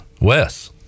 Wes